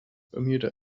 bermuda